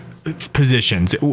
Positions